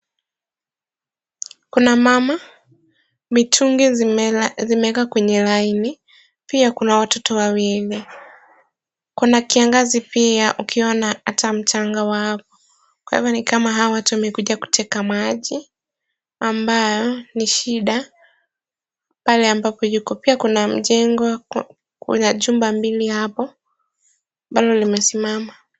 Kuna mama, mitungi zimewekwa kwenye laini, pia kuna watoto wawili, kuna kiangazi pia ukiona hata mchanga wa hapo, kwa hivyo ni kama hawa watu wamekuja kuteka maji, ambayo ni shida pale ambapo yuko, pia kuna mjengo, kuna jumba mbili hapo ambalo limesimama.